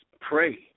pray